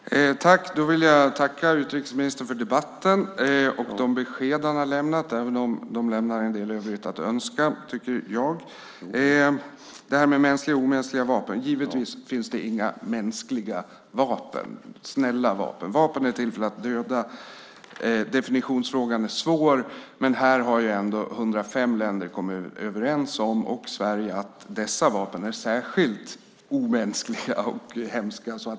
Fru talman! Jag vill tacka utrikesministern för debatten och de besked han har lämnat, även om jag tycker att de lämnar en del övrigt att önska. Givetvis finns det inga mänskliga vapen, inga snälla vapen. Vapen är till för att döda. Definitionsfrågan är svår, men här har ändå 105 länder inklusive Sverige kommit överens om att dessa vapen är särskilt omänskliga och hemska.